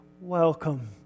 Welcome